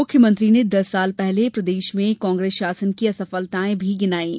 मुख्यमंत्री ने दस साल पहले प्रदेश में कांग्रेस शासन की असफलतायें भी गिनाईं